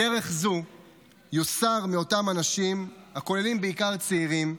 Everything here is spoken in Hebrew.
בדרך זו יוסר מאותם אנשים, הכוללים בעיקר צעירים,